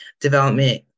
development